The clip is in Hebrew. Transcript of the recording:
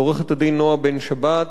לעורכת-הדין נועה בן-שבת.